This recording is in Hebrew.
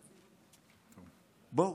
בואו,